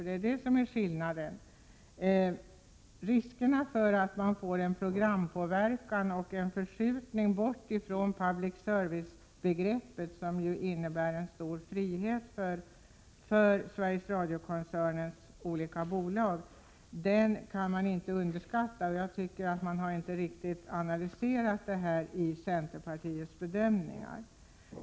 Det finns en risk för programpåverkan och en förskjutning bort från det public service-begrepp som innebär stor frihet för Sveriges Radio-koncernens olika bolag. Den friheten får man inte underskatta. Jag tycker inte att centerpartiet riktigt har analyserat detta.